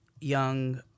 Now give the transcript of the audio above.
young